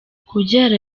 kubyara